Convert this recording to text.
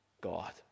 God